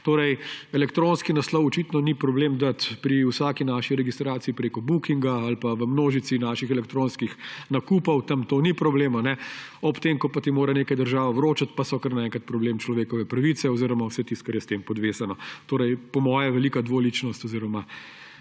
Elektronski naslov očitno ni problem dati pri vsaki naši registraciji preko Bookinga ali pa v množici naših elektronskih nakupov, tam to ni problem. Ko pa ti mora država nekaj vročati, so pa kar naenkrat problem človekove pravice oziroma vse tisto, kar je s tem povezano. Po mojem mnenju velika dvoličnost oziroma